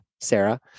Sarah